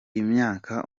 imyaka